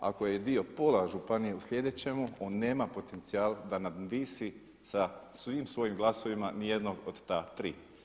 Ako je dio pola županije u sljedećemu on nema potencijal da nadvisi sa svim svojim glasovima niti jednog od ta tri.